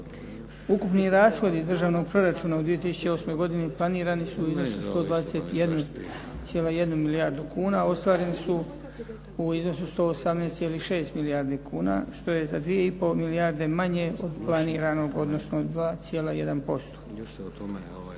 Ukupni rashodi Državnog proračuna u 2008. godini planirani su u iznosu od 121,1 milijardu kuna, ostvareni su u iznosu 118,6 milijardi kuna što je za 2,5 milijarde manje od planiranog odnosno 2,1%.